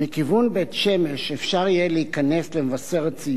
מכיוון בית-שמש אפשר יהיה להיכנס למבשרת-ציון